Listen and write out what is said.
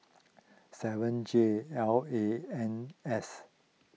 seven J L A N S